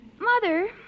Mother